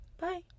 Bye